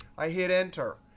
i hit enter.